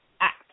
act